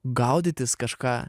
gaudytis kažką